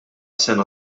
sena